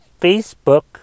Facebook